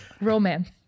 Romance